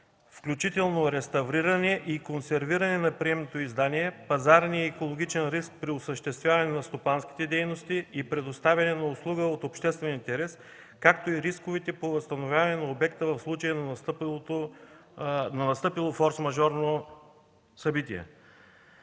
включително реставриране и консервиране на приемното издание, пазарния и екологичен риск при осъществяване на стопанските дейности и предоставяне на услуга от обществен интерес, както и рисковете по възстановяване на обекта в случай на настъпило форсмажорно събитие.